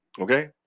okay